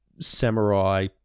samurai